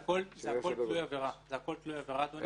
הכול תלוי עבירה, אדוני.